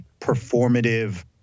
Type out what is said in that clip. performative